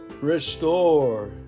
Restore